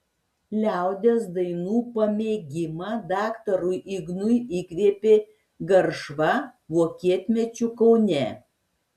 liaudies dainų pamėgimą daktarui ignui įkvėpė garšva vokietmečiu kaune